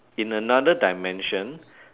in another dimension